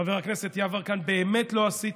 חבר הכנסת יברקן, באמת לא עשיתי.